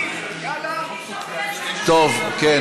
בבקשה,